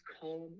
calm